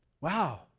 Wow